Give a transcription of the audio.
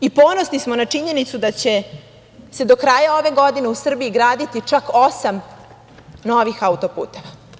I ponosni smo na činjenicu da će se do kraja ove godine u Srbiji graditi čak osam novih auto-puteva.